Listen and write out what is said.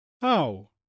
How